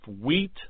wheat